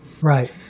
Right